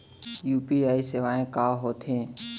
UPI सेवाएं का होथे?